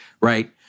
Right